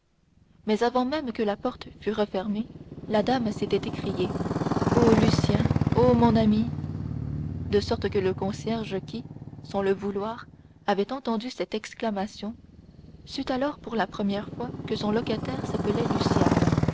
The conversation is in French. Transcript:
mais avant même que la porte fût refermée la dame s'était écriée ô lucien ô mon ami de sorte que le concierge qui sans le vouloir avait entendu cette exclamation sut alors pour la première fois que son locataire s'appelait lucien